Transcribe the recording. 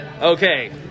Okay